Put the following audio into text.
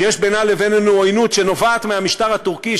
שיש בינה לבינינו עוינות שנובעת מהמשטר הטורקי,